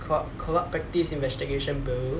corrup~ corrupt practice investigation bureau